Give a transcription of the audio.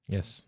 Yes